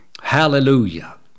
Hallelujah